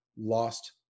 lost